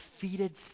defeated